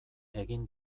egin